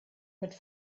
mit